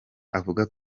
avuga